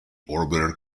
orbiter